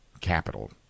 capital